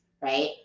right